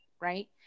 Right